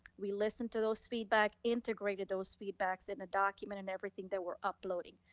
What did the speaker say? we listen to those feedback, integrated those feedbacks in the document and everything that we're uploading.